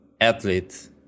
athlete